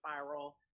spiral